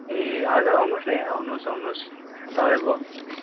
ए हजुर आउनुहोस् न यहाँ आउनुहोस् आउनुहोस् तपाईँको